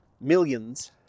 millions